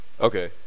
Okay